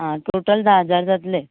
आं टोटल धा हजार जातले